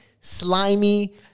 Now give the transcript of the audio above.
slimy